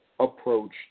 approach